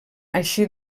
així